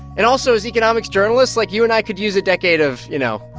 and also, as economics journalists, like, you and i could use a decade of, you know.